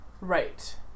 right